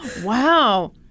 Wow